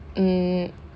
mm